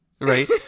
Right